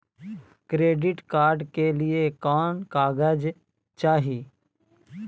Credit card के लिए कौन कागज चाही?